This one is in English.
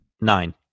Nine